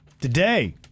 today